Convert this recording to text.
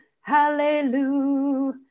hallelujah